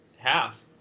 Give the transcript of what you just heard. half